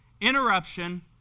interruption